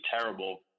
terrible